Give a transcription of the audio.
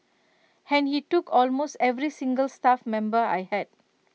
and he took almost every single staff member I had